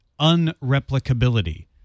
unreplicability